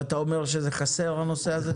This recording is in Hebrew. אבל אתה אומר שזה חסר, הנושא הזה?